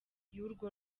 y’urwo